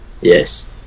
Yes